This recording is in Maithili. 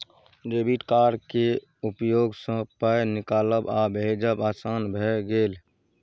डेबिट कार्ड केर उपयोगसँ पाय निकालब आ भेजब आसान भए गेल